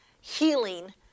healing